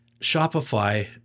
Shopify